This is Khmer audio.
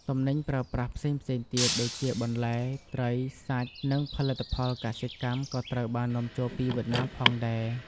ទំនិញប្រើប្រាស់ផ្សេងៗទៀតដូចជាបន្លែ ត្រី សាច់ និងផលិតផលកសិកម្មក៏ត្រូវបាននាំចូលពីវៀតណាមផងដែរ។